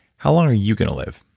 how long are you going to live?